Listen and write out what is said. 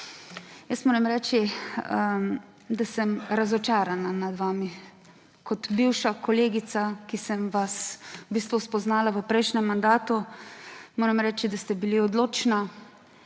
Jaz moram reči, da sem razočarana nad vami, kot bivša kolegica, ki sem vas v bistvu spoznala v prejšnjem mandatu, moram reči, da ste bili odločna